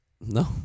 No